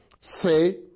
Say